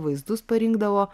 vaizdus parinkdavo